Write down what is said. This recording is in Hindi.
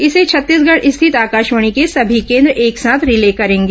इसे छत्तीसगढ़ स्थित आकाशवाणी के सभी केन्द्र एक साथ रिले करेंगे